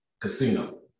casino